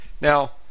Now